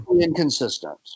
inconsistent